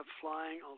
flying